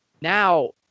now